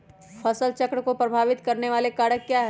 फसल चक्र को प्रभावित करने वाले कारक क्या है?